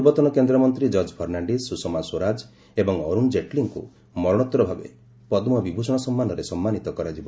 ପୂର୍ବତନ କେନ୍ଦ୍ରମନ୍ତ୍ରୀ ଜର୍ଜ ଫର୍ଣ୍ଣାଡିସ୍ ସୁଷମା ସ୍ୱରାଜ ଏବଂ ଅରୁଣ ଜେଟ୍ଲୀଙ୍କୁ ମରଣୋତ୍ତରଭାବେ ପଦ୍କ ବିଭ୍ଷଣ ସମ୍ମାନରେ ସମ୍ମାନୀତ କରାଯିବ